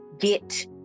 get